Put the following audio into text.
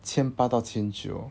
千八到千九